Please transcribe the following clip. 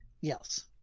Yes